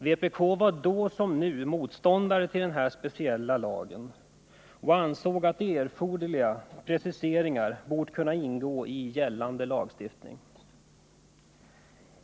Vpk var då som nu motståndare till den speciella lagen och ansåg att erforderliga preciseringar borde ha kunnat ingå i gällande lagstiftning.